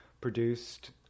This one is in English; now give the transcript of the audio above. produced